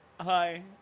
hi